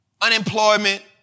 unemployment